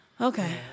Okay